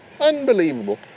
Unbelievable